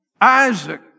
Isaac